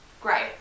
great